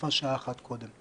ויפה שעה אחת קודם.